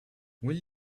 will